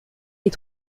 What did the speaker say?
est